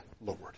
Lord